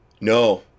No